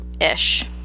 ish